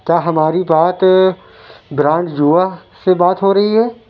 کیا ہماری بات برانڈ یووا سے بات ہو رہی ہے